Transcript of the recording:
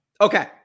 Okay